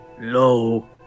low